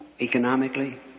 economically